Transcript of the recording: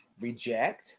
reject